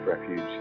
Refuge